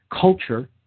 culture